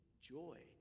joy